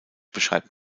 beschreibt